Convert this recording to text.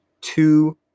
Two